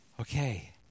Okay